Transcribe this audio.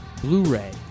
Blu-ray